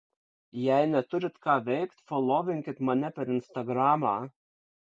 jei neturit ką veikt folovinkit mane per instagramą